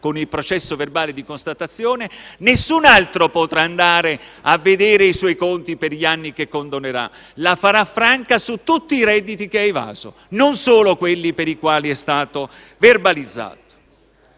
con il processo verbale di constatazione, nessun altro potrà andare a vedere i suoi conti per gli anni che condonerà, la farà franca su tutti i redditi che ha evaso, non solo quelli per i quali è stato verbalizzato.